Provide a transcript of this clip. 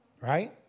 right